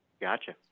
gotcha